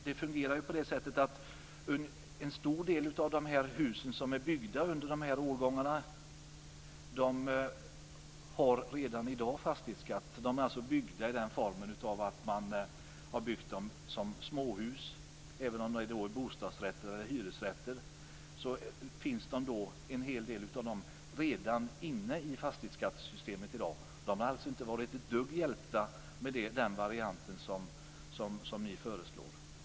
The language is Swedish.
En stor del av de hus som tillhör de årgångarna har redan i dag fastighetsskatt. De här husen har byggts som småhus. Även om det rör sig om bostadsrätter och hyresrätter finns en hel del av dem redan i dag inne i fastighetsskattesystemet. De är således inte ett dugg hjälpta av den variant som ni föreslår.